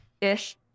Ish